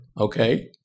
Okay